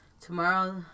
tomorrow